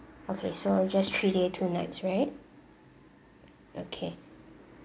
okay so just three day two nights right okay